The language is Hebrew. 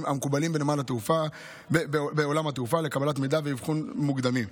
המקובלים בעולם התעופה לקבלת מידע ואבחון מוקדמים,